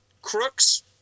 Crooks